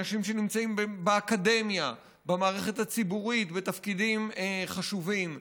מאנשים שנמצאים באקדמיה ובמערכת הציבורית בתפקידים חשובים.